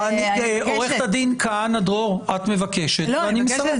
לא, עוה"ד כהנא דרור, את מבקשת ואני מסרב.